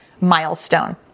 milestone